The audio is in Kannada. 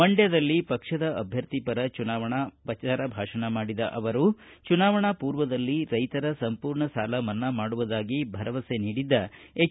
ಮಂಡ್ಕದಲ್ಲಿ ಪಕ್ಷದ ಅಭ್ಯರ್ಥಿ ಪರ ಚುನಾವಣಾ ಪರ ಪ್ರಚಾರ ಭಾಷಣ ಮಾಡಿದ ಅವರು ಚುನಾವಣಾ ಪೂರ್ವದಲ್ಲಿ ರೈತರ ಸಂಪೂರ್ಣ ಸಾಲ ಮನ್ನಾ ಮಾಡುವುದಾಗಿ ಭರವಸೆ ನೀಡಿದ್ದ ಎಚ್